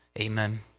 amen